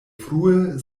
frue